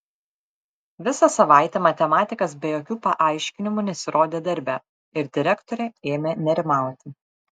visą savaitę matematikas be jokių paaiškinimų nesirodė darbe ir direktorė ėmė nerimauti